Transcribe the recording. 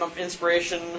inspiration